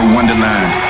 Wonderland